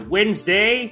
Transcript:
Wednesday